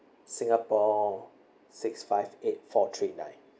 singapore six five eight four three nine